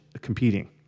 competing